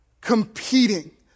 competing